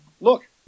look